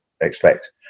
expect